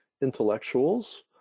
intellectuals